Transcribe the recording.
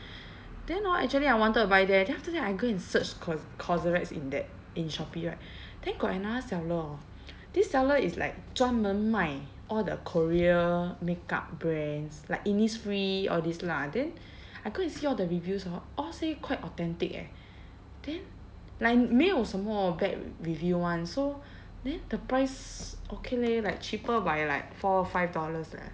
then hor actually I wanted to buy there then after that I go and search cos~ cosrx in that in Shopee right then got another seller hor this seller is like 专门卖 all the korea makeup brands like Innisfree all these lah then I go and see all the reviews hor all say quite authentic eh then like 没有什么 bad review [one] so then the price okay leh like cheaper by like four five dollars leh